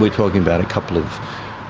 we're talking about a couple of